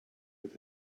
with